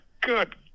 good